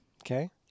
Okay